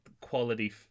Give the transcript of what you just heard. quality